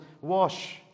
wash